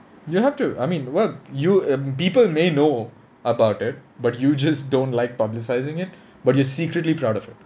you have to I mean well you uh people may know about it but you just don't like publicising it but you're secretly proud of it